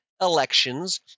elections